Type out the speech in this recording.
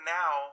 now